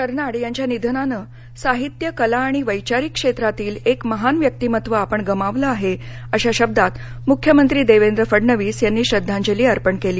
कर्नाड यांच्या निधनान साहित्य कला आणि वैचारिक क्षेत्रातील एक महान व्यक्तिमत्व आपण गमावलं आहे अशा शब्दात मुख्यमंत्री देवेंद्र फडणवीस यांनी श्रद्धांजली अर्पण केली